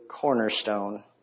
cornerstone